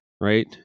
right